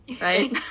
right